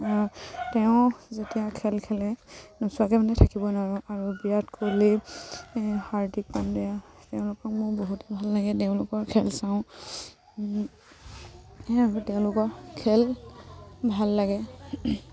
তেওঁ যেতিয়া খেল খেলে নোচোৱাকে মানে থাকিব নোৱাৰোঁ আৰু বিৰাট কোহলি হাৰ্দিক পাণ্ডিয়া তেওঁলোকক মোৰ বহুতে ভাল লাগে তেওঁলোকৰ খেল চাওঁ তেওঁলোকৰ খেল ভাল লাগে